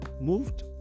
moved